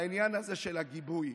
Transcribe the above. בעניין הזה של הגיבוי,